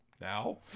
now